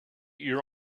your